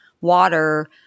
water